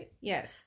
Yes